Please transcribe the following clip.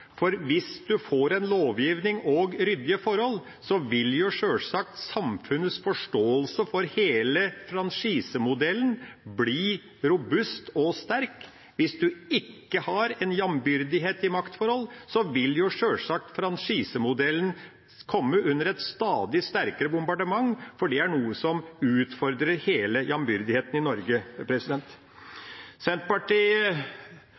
For hvis en får en lovgivning og ryddige forhold, vil sjølsagt samfunnets forståelse for hele franchisemodellen bli robust og sterkt. Hvis en ikke har en jambyrdighet i maktforhold, vil sjølsagt franchisemodellen komme under et stadig sterkere bombardement, for det er noe som utfordrer hele jambyrdigheten i Norge.